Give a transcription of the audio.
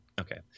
Okay